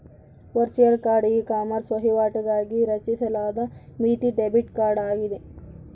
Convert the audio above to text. virtual card ecommerce ವಹಿವಾಟುಗಳಿಗಾಗಿ ರಚಿಸಲಾದ ಮಿತಿ ಡೆಬಿಟ್ ಕಾರ್ಡ್ ಆಗಿದೆ